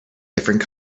different